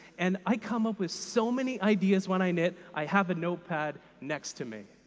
and i come up with so many ideas when i knit, i have a notepad next to me.